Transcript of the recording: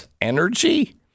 Energy